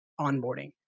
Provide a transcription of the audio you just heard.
onboarding